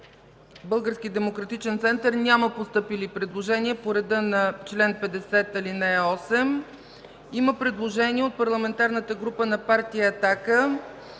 „Български демократичен център” няма постъпили предложения по реда на чл. 50, ал. 8. Има предложение от парламентарната група на партия „Атака”